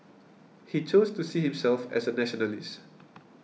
he chose to see himself as a nationalist